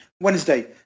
Wednesday